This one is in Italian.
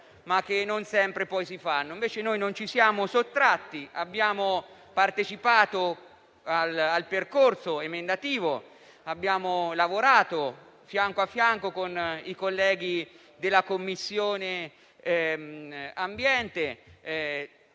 ma che non sempre si fanno; invece, noi non ci siamo sottratti; abbiamo partecipato al percorso emendativo. Abbiamo lavorato fianco a fianco con i colleghi della Commissione ambiente